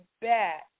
back